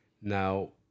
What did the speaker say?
Now